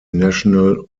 national